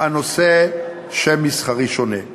הנושא שם מסחרי שונה.